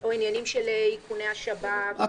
או עניינים של עדכוני השב"כ.